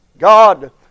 God